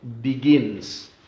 begins